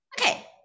okay